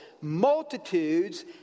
multitudes